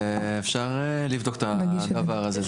אפשר לבדוק את הדבר הזה,